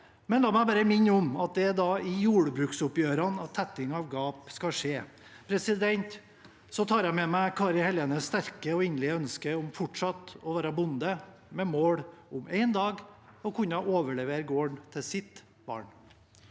La meg bare minne om at det er i jordbruksoppgjørene tetting av gap skal skje. Så tar jeg med meg Kari Helenes sterke og inderlige ønske om fortsatt å være bonde med mål om en dag å kunne overlevere gården til sitt barn.